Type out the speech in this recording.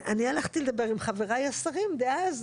אני הלכתי לדבר עם חבריי השרים דאז,